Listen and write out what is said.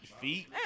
feet